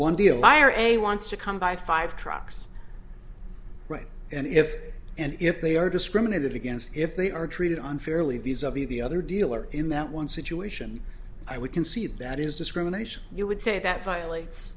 one deal liar a wants to come by five trucks right and if and if they are discriminated against if they are treated unfairly these are the the other dealers in that one situation i would concede that is discrimination you would say that violates